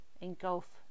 engulf